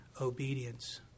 obedience